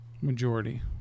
majority